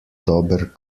dober